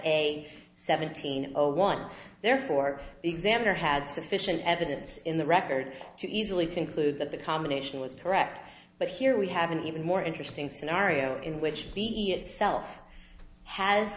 a seventeen zero one therefore the examiner had sufficient evidence in the record to easily conclude that the combination was correct but here we have an even more interesting scenario in which itself has